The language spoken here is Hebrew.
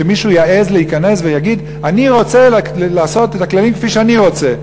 שמישהו יעז להיכנס ויגיד: אני רוצה לעשות את הכללים כפי שאני רוצה.